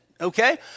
okay